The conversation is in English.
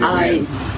eyes